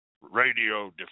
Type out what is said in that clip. Radio